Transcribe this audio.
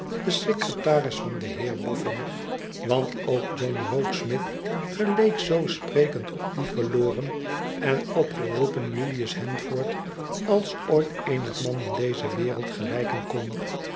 de secretaris van den heer boffin want ook john rokesmith geleek zoo sprekend op dien verloren en opgeroepen julius handford als ooit eenig man in deze wereld gelijken kon